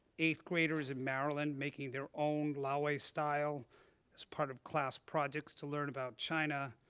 eighth-graders in maryland making their own laowai style as part of class projects to learn about china,